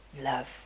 love